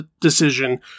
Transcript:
decision